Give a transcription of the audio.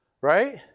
Right